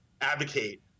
advocate